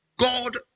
God